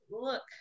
look